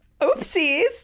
oopsies